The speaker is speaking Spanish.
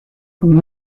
con